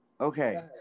Okay